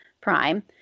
Prime